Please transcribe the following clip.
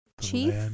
Chief